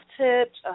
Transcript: tips